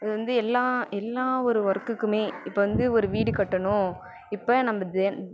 இது வந்து எல்லா எல்லா ஒரு ஒர்க்குக்குமே இப்போ வந்து ஒரு வீடு கட்டணும் இப்போ நம்ப தென்